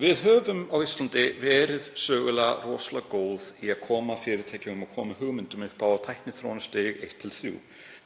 við hér á Íslandi verið rosalega góð í að koma fyrirtækjum og koma hugmyndum upp á tækniþróunarstig eitt til þrjú.